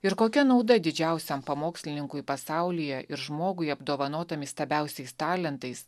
ir kokia nauda didžiausiam pamokslininkui pasaulyje ir žmogui apdovanotam įstabiausiais talentais